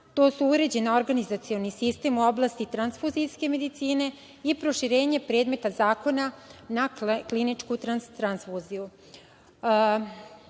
to su uređeni organizacioni sistem u oblasti tranfuzijske medicine i proširenje predmeta zakona na kliničku tranfuziju.